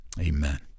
Amen